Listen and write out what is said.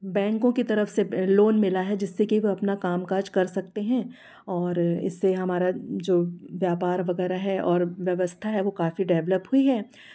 बैंकों की तरफ़ से लोन मिला है जिससे कि वे अपना कामकाज कर सकते हैं और इससे हमारा जो व्यापार वगैरह है और व्यवस्था है वह काफ़ी डेवलप हुई है